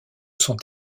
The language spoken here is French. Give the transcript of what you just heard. sont